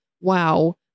wow